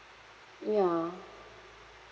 yeah